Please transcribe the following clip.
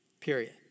Period